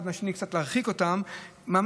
להרחיק אותם אחד מהשני,